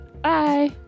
Bye